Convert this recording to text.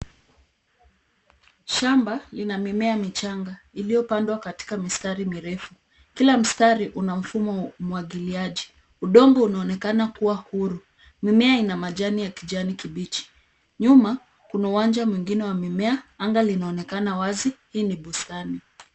Shamba lina mimea michanga iliyopandwa katika mistari mirefu. Kila mstari una mfumo wa umwagiliaji. Udongo unaonekana kuwa huru. Mimea ina majani ya kijani kibichi. Nyuma kuna uwanja mwingine wa mimea. Anga linaonekana wazi. Hii ni bustani.